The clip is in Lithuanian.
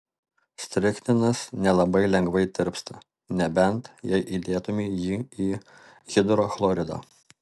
strichninas nelabai lengvai tirpsta nebent jei įdėtumei jį į hidrochloridą